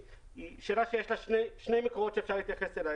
היא שאלה שיש לה שני מקורות שאפשר להתייחס אליהם.